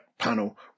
Panel